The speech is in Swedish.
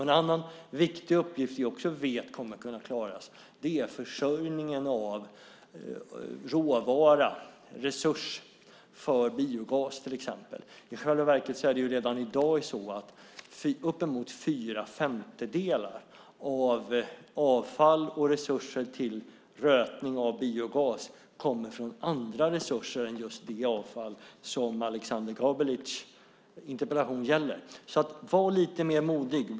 En annan viktig uppgift som vi vet kommer att kunna klaras är försörjningen av råvara, resurs, för till exempel biogas. I själva verket kommer redan i dag uppemot fyra femtedelar av avfall och resurser till rötning av biogas från andra resurser än just det avfall som Aleksander Gabelics interpellation gäller. Var lite mer modig!